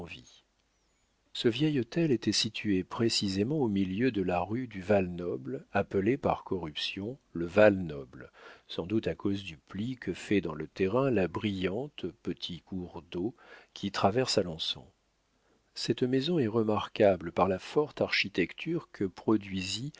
ce vieil hôtel était situé précisément au milieu de la rue du val-noble appelée par corruption le val-noble sans doute à cause du pli que fait dans le terrain la brillante petit cours d'eau qui traverse alençon cette maison est remarquable par la forte architecture que produisit